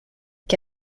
que